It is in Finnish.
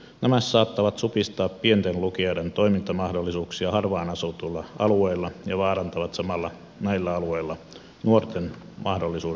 nämä saattavat supistaa pienten lukioiden toimintamahdollisuuksien harvaan asutuilla alueilla ja vaarantavat samalla näillä alueilla nuorten mahdollisuudet lukiokoulutukseen